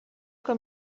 que